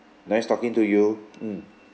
nice talking to you mm